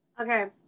Okay